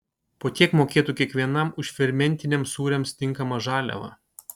po tiek mokėtų kiekvienam už fermentiniams sūriams tinkamą žaliavą